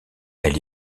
elle